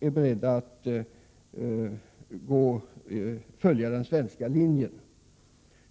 är beredda att följa den svenska linjen.